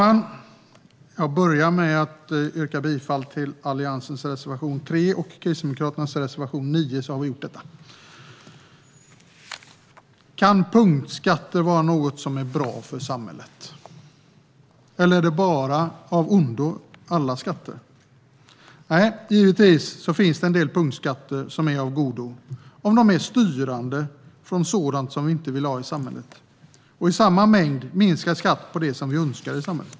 Herr talman! Jag yrkar bifall till Alliansens reservation, nr 3, och Kristdemokraterna reservation, nr 9. Kan punktskatter vara något bra för samhället, eller är alla skatter av ondo? Givetvis är en del punktskatter av godo om de är styrande från sådant vi inte vill ha i samhället och i samma mängd minskar skatt på det vi önskar i samhället.